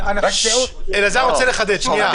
אלעזר רוצה לחדד, שנייה.